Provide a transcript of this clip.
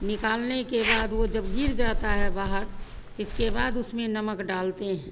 निकालने के बाद वह जब गिर जाता है बाहर तो इसके बाद उसमें नमक डालते हैं